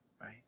right